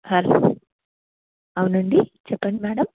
hello అవునండి చెప్పండి madam